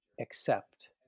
accept